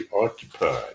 occupied